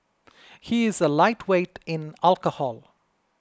he is a lightweight in alcohol